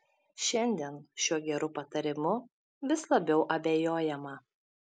šiandien šiuo geru patarimu vis labiau abejojama